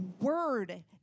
word